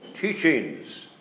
teachings